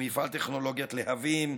במפעל טכנולוגיית להבים,